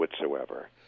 whatsoever